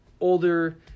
older